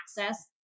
access